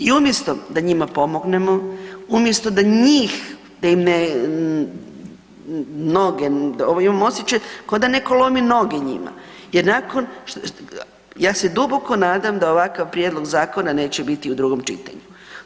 I umjesto da njima pomognemo, umjesto da njih da ih ne, noge, imam osjećaj ko da netko lomi noge njima, jer nakon, ja se duboko nadam da ovakav prijedlog zakona neće biti u drugom čitanju.